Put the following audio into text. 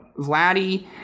Vladdy